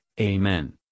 Amen